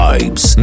Vibes